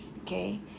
okay